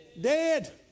Dead